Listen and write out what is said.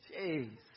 Jeez